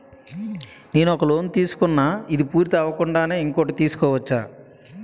నేను ఒక లోన్ తీసుకున్న, ఇది పూర్తి అవ్వకుండానే ఇంకోటి తీసుకోవచ్చా?